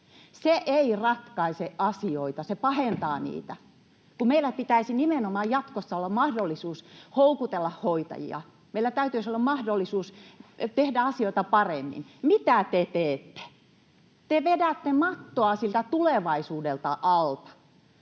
Se ei ratkaise asioita, se pahentaa niitä, kun meillä pitäisi nimenomaan jatkossa olla mahdollisuus houkutella hoitajia. Meillä täytyisi olla mahdollisuus tehdä asioita paremmin. Mitä te teette? Te vedätte mattoa siltä tulevaisuudelta alta.